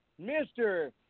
Mr